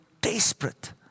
desperate